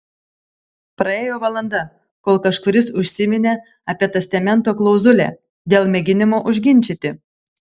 praėjo valanda kol kažkuris užsiminė apie testamento klauzulę dėl mėginimo užginčyti